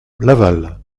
laval